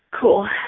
Cool